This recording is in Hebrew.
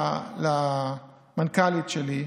ואמרתי למנכ"לית שלי,